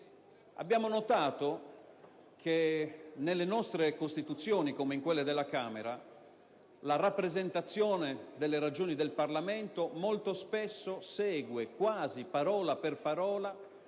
Abbiamo notato che, nelle nostre costituzioni, come in quelle della Camera, la rappresentazione delle ragioni del Parlamento molto spesso segue, quasi parola per parola,